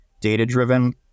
data-driven